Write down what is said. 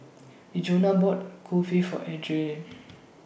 Djuna bought Kulfi For Erlene